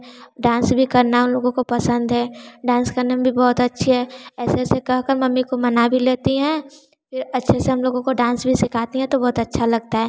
dance भी करना लोगों को पसंद है डांस करने में भी बहुत अच्छी है ऐसे ऐसे कह कर मम्मी को मना भी लेती है फिर अच्छे से हम लोगों को डांस भी सिखाती हैं तो बहुत अच्छा लगता है